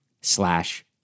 slash